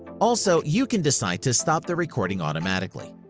also you can decide to stop the recording automatically.